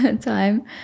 time